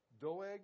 Doeg